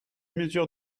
mesure